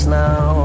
now